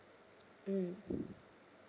mm